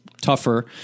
tougher